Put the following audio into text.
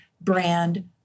brand